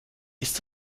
ist